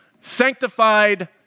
sanctified